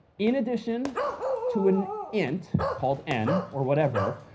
in addition to an int, called n, or whatever,